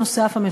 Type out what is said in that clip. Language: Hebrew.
נוסף על כך,